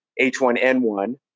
H1N1